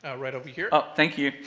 ah right over here. oh, thank you.